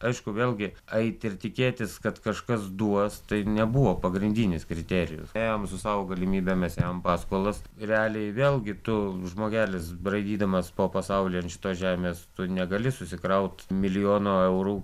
aišku vėlgi eit ir tikėtis kad kažkas duos tai nebuvo pagrindinis kriterijus ėjom su savo galimybėm mes ėmėm paskolas realiai vėlgi tu žmogelis braidydamas po pasaulį ant šitos žemės tu negali susikraut milijono eurų